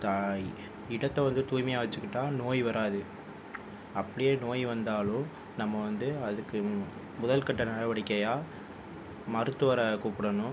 இடத்த வந்து தூய்மையாக வச்சுக்கிட்டால் நோய் வராது அப்படியே நோய் வந்தாலும் நம்ம வந்து அதுக்கு முதல்கட்ட நடவடிக்கையாக மருத்துவரை கூப்பிடணும்